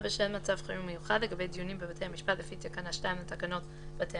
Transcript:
בשל מצב חירום מיוחד לגבי דיונים בבתי המשפט לפי תקנה 2 לתקנות בתי